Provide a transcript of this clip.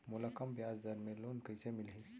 मोला कम ब्याजदर में लोन कइसे मिलही?